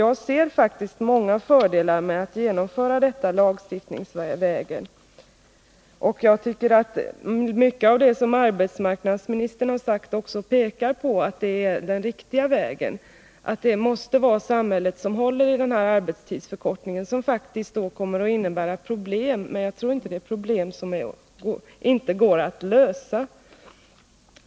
Jag ser faktiskt många fördelar med att genomföra sextimmarsdagen lagstiftningsvägen. Mycket av det som arbetsmarknadsministern har sagt tycker jag också pekar på att lagstiftningsvägen är den riktiga — att det måste vara samhället som håller i denna arbetstidsförkortning. Den kommer att medföra problem, men jag tror inte att det är problem som inte går att lösa.